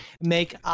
make